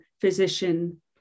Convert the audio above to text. physician